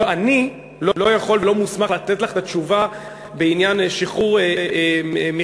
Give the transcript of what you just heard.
אני לא יכול ולא מוסמך לתת לך את התשובה בעניין שחרור מכרזים